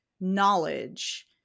knowledge